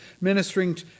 Ministering